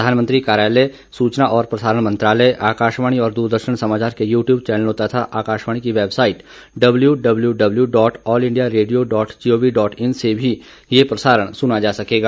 प्रधानमंत्री कार्यालय सूचना और प्रसारण मंत्रालय आकाशवाणी और दूरदर्शन समाचार के यू ट्यूब चैनलों तथा आकाशवाणी की website W W W dot all India radio dot G O V dot in से भी ये प्रसारण सुना जा सकेगा